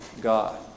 God